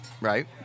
Right